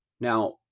Now